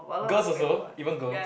girls also even girl